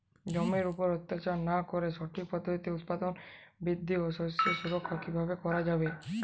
জমির উপর অত্যাচার না করে সঠিক পদ্ধতিতে উৎপাদন বৃদ্ধি ও শস্য সুরক্ষা কীভাবে করা যাবে?